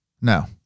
No